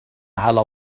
على